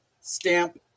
Stamp